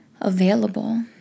available